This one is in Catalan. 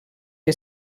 que